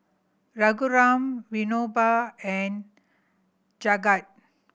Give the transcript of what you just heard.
Raghuram Vinoba and Jagat